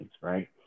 right